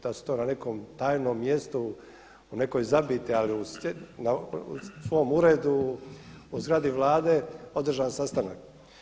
Da su to na nekom tajnom mjestu, u nekoj zabiti, ali u svom uredu, u zgradi Vlade održan sastanak.